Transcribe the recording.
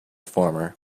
former